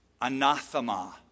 anathema